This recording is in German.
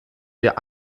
wir